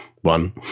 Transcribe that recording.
one